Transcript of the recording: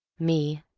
me,